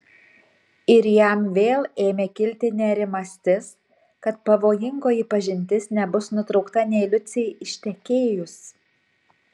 ir jam vėl ėmė kilti nerimastis kad pavojingoji pažintis nebus nutraukta nė liucei ištekėjus